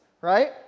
right